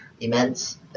immense